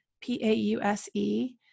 P-A-U-S-E